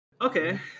okay